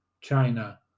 china